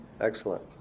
Excellent